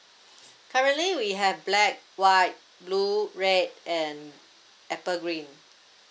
currently we have black white blue red and apple green